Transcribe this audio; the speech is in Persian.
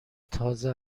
تازه